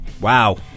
Wow